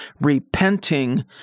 repenting